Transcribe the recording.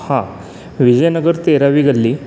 हां विजयनगर तेरावी गल्ली